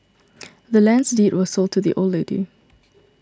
the land's deed was sold to the old lady